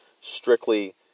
strictly